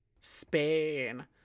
Spain